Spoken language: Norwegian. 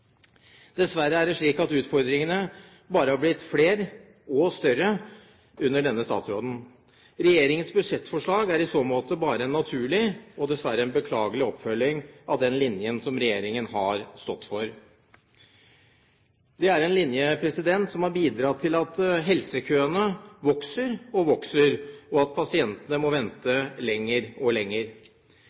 Dessverre er det slik at utfordringene bare har blitt flere og større under denne statsråden. Regjeringens budsjettforslag er i så måte bare en naturlig og dessverre en beklagelig oppfølging av den linjen som regjeringen har stått for. Det er en linje som har bidratt til at helsekøene vokser og vokser, og at pasientene må vente lenger og lenger.